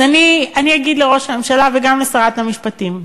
אז אגיד לראש הממשלה וגם לשרת המשפטים: